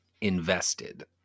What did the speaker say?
invested